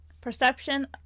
Perception